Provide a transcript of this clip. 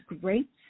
great